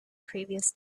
previous